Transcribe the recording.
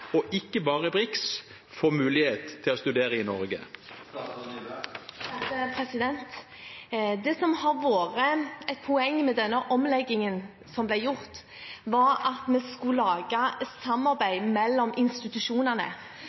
og ikke bare fra BRICS får mulighet til å studere i Norge. Det som har vært et poeng med den omleggingen som ble gjort, var at vi skulle lage et samarbeid mellom institusjonene,